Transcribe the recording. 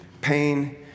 pain